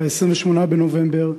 28 בנובמבר,